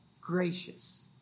gracious